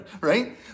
right